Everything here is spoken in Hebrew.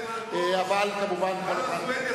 אבל כמובן כל אחד,